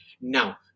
Now